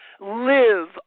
live